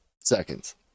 seconds